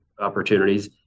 opportunities